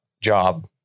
job